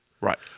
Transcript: Right